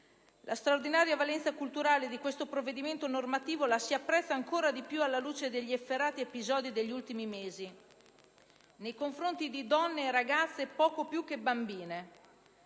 La straordinaria valenza culturale di questo provvedimento normativo la si apprezza ancora di più alla luce degli efferati episodi degli ultimi mesi nei confronti di donne e ragazze poco più che bambine.